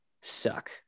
suck